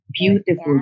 Beautiful